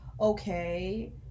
Okay